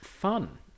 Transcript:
fun